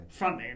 Frontman